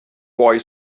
boy